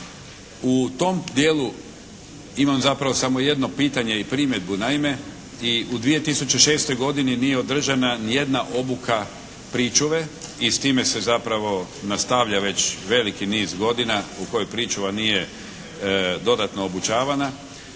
U tom dijelu imam zapravo samo jedno pitanje i primjedbu. Naime i u 2006. godini nije održana ni jedna obuka pričuve i s time se zapravo nastavlja već veliki niz godina u kojoj pričuva nije dodatno obučavana.